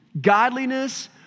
Godliness